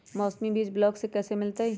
मौसमी बीज ब्लॉक से कैसे मिलताई?